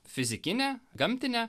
fizikinė gamtinė